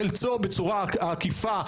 חלקו בצורה עקיפה,